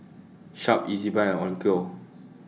Sharp Ezbuy and Onkyo